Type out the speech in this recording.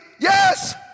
yes